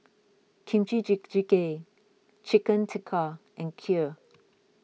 Kimchi Jjigae Chicken Tikka and Kheer